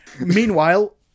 Meanwhile